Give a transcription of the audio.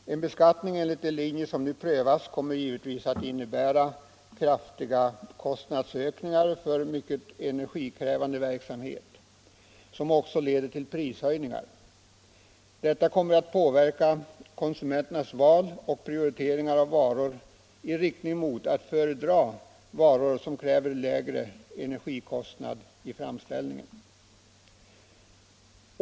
En beskattning enligt de linjer som nu prövas kommer givetvis att innebära kraftiga kostnadsökningar för mycket energikrävande verksamhet, vilket också leder till prishöjningar. Detta kommer att påverka konsumenternas val och prioriteringar av varor i riktning mot att föredra varor som kräver lägre energikostnad i framställningen.